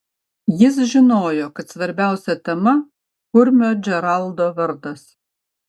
jis žinojo kad svarbiausia tema kurmio džeraldo vardas